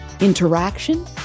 interaction